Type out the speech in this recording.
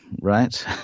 right